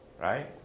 Right